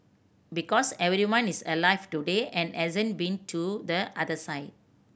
because everyone is alive today and hasn't been to the other side